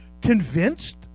convinced